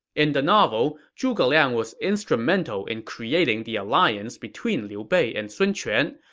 in the novel, zhuge liang was instrumental in creating the alliance between liu bei and sun quan.